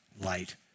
light